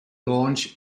launch